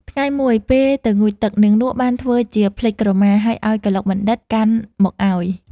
ថ្ងៃមួយ ពេលទៅងូតទឹក នាងនក់បានធ្វើជាភ្លេចក្រមា ហើយឱ្យកឡុកបណ្ឌិត្យកាន់មកឱ្យ ។